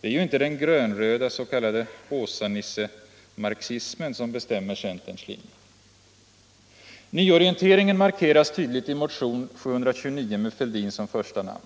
Det är ju inte de grönröda s.k. Åsanissemarxisterna som bestämmer centerns linje. Nyorienteringen markeras tydligt i motionen 729 med herr Fälldin som första namn.